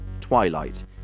Twilight